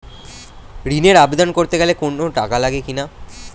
ঋণের আবেদন করতে গেলে কোন টাকা লাগে কিনা?